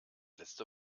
letzte